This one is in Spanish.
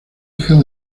hija